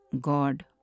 God